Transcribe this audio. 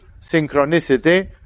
synchronicity